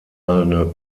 eine